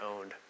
owned